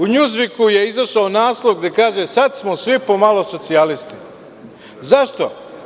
U „Njuzviku“ izašao je naslov gde kaže „Sada smo svi pomalo socijalisti“, zašto?